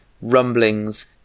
rumblings